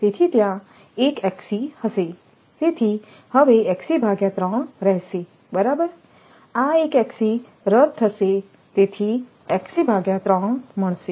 તેથી ત્યાં એક હશે તેથી હવે બરાબર આ એક રદ થશે તેથી મળશે